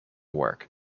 work